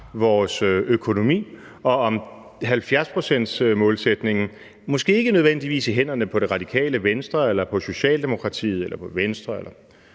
vores økonomi, og hvordan 70-procentsmålsætningen, måske ikke nødvendigvis i hænderne på Det Radikale Venstre eller på Socialdemokratiet eller på Venstre